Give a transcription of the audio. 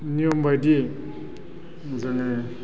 नियम बायदियै जोङो